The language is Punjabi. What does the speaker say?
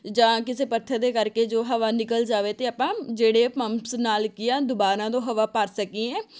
ਜਾਂ ਕਿਸੇ ਪੱਥਰ ਦੇ ਕਰਕੇ ਜੋ ਹਵਾ ਨਿਕਲ ਜਾਵੇ ਅਤੇ ਆਪਾਂ ਜਿਹੜੇ ਪੰਪਸ ਨਾਲ ਕੀ ਆ ਦੁਬਾਰਾ ਤੋਂ ਹਵਾ ਭਰ ਸਕੀਏ